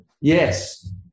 Yes